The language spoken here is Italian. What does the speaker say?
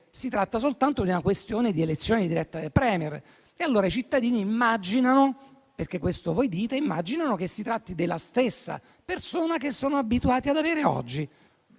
si tratti soltanto di una questione di elezione diretta del *Premier* e allora i cittadini immaginano - perché questo voi dite - che si tratti della stessa persona che sono abituati ad avere oggi.